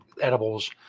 edibles